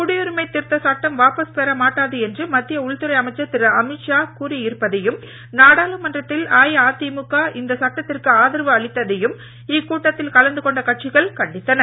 குடியுரிமை திருத்த சட்டம் வாபஸ் பெற மாட்டாது என மத்திய உள்துறை அமைச்சர் திரு அமீத் ஷா கூறி இருப்பதையும் நாடாளுமன்றத்தில் அஇஅதிமுக இந்த சட்டத்திற்கு ஆதரவு அளித்ததையும் இக்கூட்டத்தில் கலந்து கொண்ட கட்சிகள் கண்டித்தன